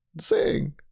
sing